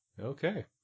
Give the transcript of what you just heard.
Okay